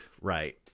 right